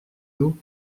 nous